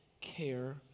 care